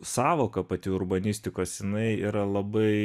sąvoka pati urbanistikos jinai yra labai